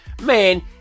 man